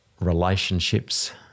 relationships